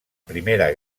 primera